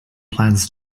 plans